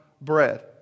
bread